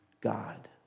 God